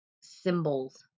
symbols